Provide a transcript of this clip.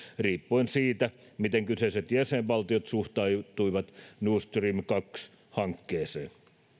riippuen siitä miten kyseiset jäsenvaltiot suhtautuivat nord stream kaksi hankkeeseen